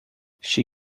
she